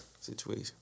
situation